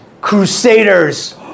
crusaders